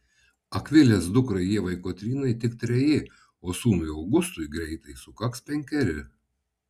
akvilės dukrai ievai kotrynai tik treji o sūnui augustui greitai sukaks penkeri